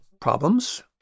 problems